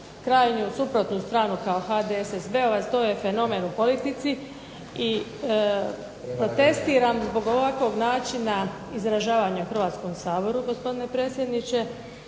krajnju, suprotnu stranu kao HDSSB, to je fenomen u politici i protestiram zbog ovakvog načina izražavanja u Hrvatskom saboru, gospodine predsjedniče,